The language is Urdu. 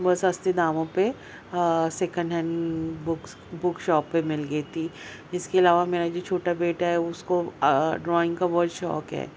بہت سستے داموں پہ second hand books book shop پہ مل گئی تھی اس کے علاوہ میرا جو چھوٹا بیٹا ہے اس کو ڈرائینگ کا بہت شوق ہے